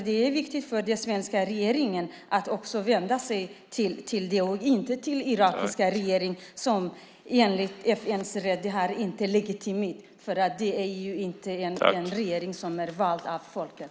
Det är viktigt för den svenska regeringen att vända sig till KRG och inte till den irakiska regeringen, som enligt FN inte har legitimitet. Det är inte en regering vald av folket.